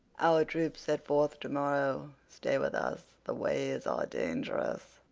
our troops set forth to-morrow stay with us the ways are dangerous.